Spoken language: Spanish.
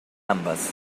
ambas